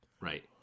Right